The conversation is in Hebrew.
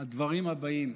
הדברים הבאים: